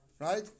Right